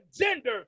gender